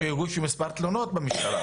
או שהגישו כמה תלונות במשטרה.